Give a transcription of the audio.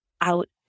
out